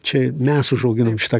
čia mes užauginom šitą